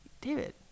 David